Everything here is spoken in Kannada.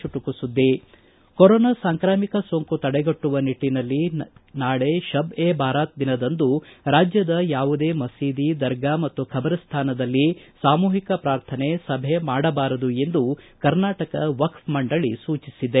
ಚುಟುಕು ಸುದ್ದಿ ಕೊರೋನಾ ಸಾಂಕ್ರಾಮಿಕ ಸೋಂಕು ತಡೆಗಟ್ಟುವ ನಿಟ್ಟನಲ್ಲಿ ನಾಳೆ ಶಬ್ ಎ ಬಾರಾತ್ ದಿನದಂದು ರಾಜ್ಯದ ಯಾವುದೇ ಮಸೀದಿ ದರ್ಗಾ ಮತ್ತು ಖಟ್ರಸ್ಥಾನದಲ್ಲಿ ಸಾಮೂಹಿಕ ಪ್ರಾರ್ಥನೆ ಸಭೆ ಮಾಡಬಾರದು ಎಂದು ಕರ್ನಾಟಕ ವಕ್ಫೆ ಮಂಡಳ ಸೂಚಿಸಿದೆ